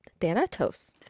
Thanatos